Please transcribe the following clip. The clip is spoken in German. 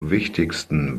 wichtigsten